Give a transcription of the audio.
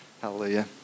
Hallelujah